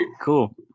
cool